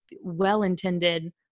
well-intended